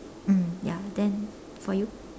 mm ya then for you